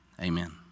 Amen